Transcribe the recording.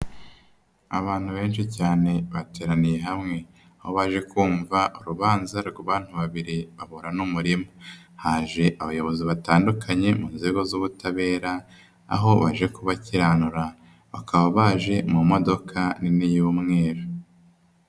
Abantu benshi cyane bateraniye hamwe, aho abaje kumva urubanza rw'abantutu babiri babura n'umurima. Haje abayobozi batandukanye mu nzego z'ubutabera, aho baje kubakiranura bakaba baje mu modoka nini y'umweru.